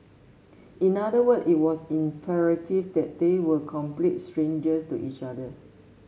in other word it was imperative that they were complete strangers to each other